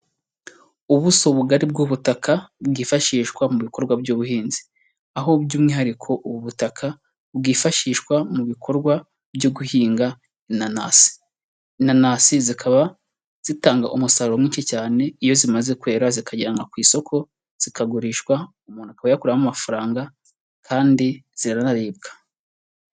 Ubuso ubugari bw'ubutaka bwifashishwa mu bikorwa by'ubuhinzi, aho by'umwihariko ubu butaka bwifashishwa mu bikorwa byo guhinga inanasi, inanasi zikaba zitanga umusaruro muke cyane iyo zimaze kwera zikajyanwa ku isoko, zikagurishwa umuntu akayakuramo amafaranga kandi ziranaribwa.